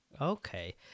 Okay